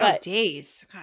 days